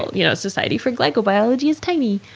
you know society for glycobiology is tiny.